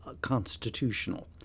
constitutional